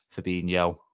Fabinho